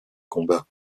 combat